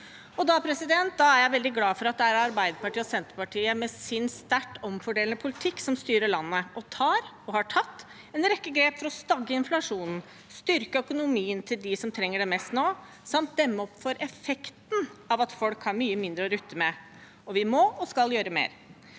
stadig flere. Da er jeg veldig glad for at det er Arbeiderpartiet og Senterpartiet, med sin sterkt omfordelende politikk, som styrer landet, og som tar – og har tatt – en rekke grep for å stagge inflasjonen, styrke økonomien til dem som trenger det mest nå, samt demme opp for effekten av at folk har mye mindre å rutte med. Og vi må og skal gjøre mer,